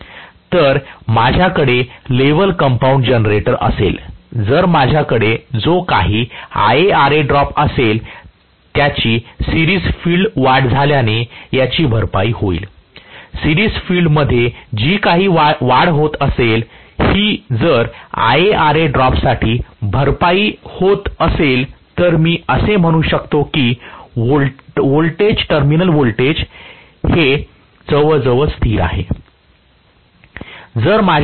तर माझ्याकडे level compound generator असेल जर माझ्याकडे जो काही IaRa ड्रॉप असेल त्याची सिरिज फील्ड वाढ झाल्याने याची भरपाई होईलसिरिज फील्ड मध्ये जी काही वाढ होत असेल हि जर IaRa ड्रॉप साठी भरपाई होत असेल तर मी असे म्हणू कि व्होल्टेज टर्मिनल व्होल्टेज हे जवळजवळ स्थिर असेल